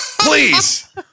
Please